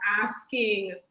asking